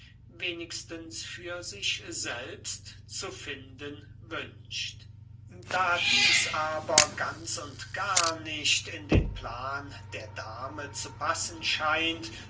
wenigstens für sich selbst zu finden wünscht da dieß aber ganz und gar nicht in den plan der dame zu passen scheint